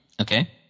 Okay